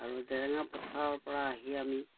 আৰু জেৰেঙা পথাৰৰ পৰা আহি আমি